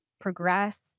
progress